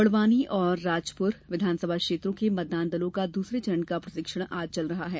बड़वानी और राजपुर विधानसभा क्षेत्रों के मतदान दलों का दूसरे चरण का प्रशिक्षण आज चल रहा है